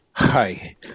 hi